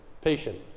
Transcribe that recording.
patient